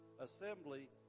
assembly